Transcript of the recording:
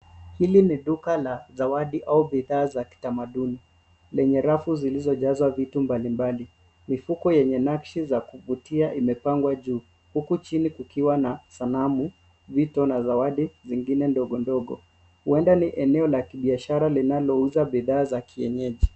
Hili ni duka la zawadi au bidhaa za kitamaduni, lenye rafu zilizojazwa vitu mbalimbali. Mifuko yenye nakshi za kuvutia imepangwa juu, huku chini kukiwa na sanamu, vito na zawadi zingine ndogo ngodo. Huenda ni eneo la kibiashara linalouza bidhaa za kienyeji.